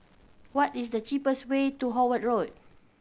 what is the cheapest way to Howard Road